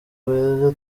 beza